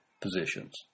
positions